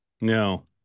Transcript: No